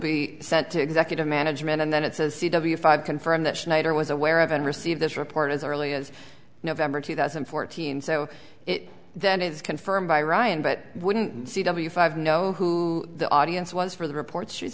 be sent to executive management and then it says c w five confirm that snyder was aware of and receive this report as early as november two thousand and fourteen so it then is confirmed by ryan but wouldn't c w five know who the audience was for the reports she's